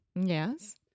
Yes